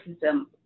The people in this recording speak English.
system